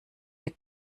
der